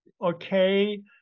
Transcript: okay